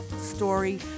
story